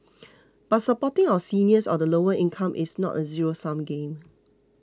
but supporting our seniors or the lower income is not a zero sum game